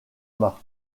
mât